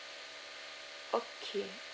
okay